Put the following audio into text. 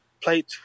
played